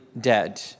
dead